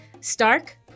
stark